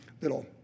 little